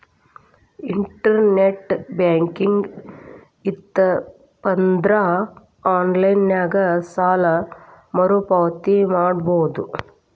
internet banking ಇತ್ತಪಂದ್ರಾ online ನ್ಯಾಗ ಸಾಲ ಮರುಪಾವತಿ ಮಾಡಬೋದು